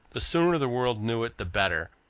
the sooner the world knew it, the better,